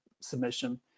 submission